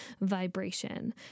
vibration